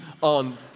on